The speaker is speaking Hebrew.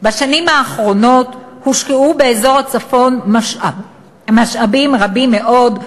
בשנים האחרונות הושקעו באזור הצפון משאבים רבים מאוד,